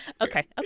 Okay